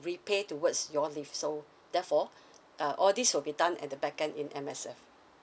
repay towards your leave so therefore uh all these will be done at the back end in M_S_F